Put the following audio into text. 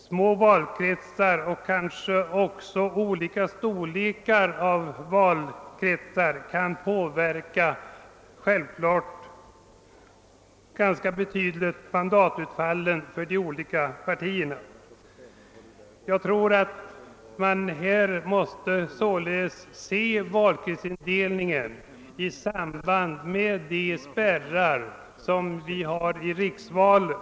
Små valkretsar och kanske också olika storlek av valkretsar kan ganska betydligt påverka mandatutfallet för partierna. Man måste således se valkretsindelningen i samband med spärreglerna i riksvalet.